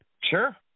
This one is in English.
Sure